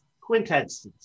quintessence